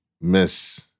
Miss